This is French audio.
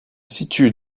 situe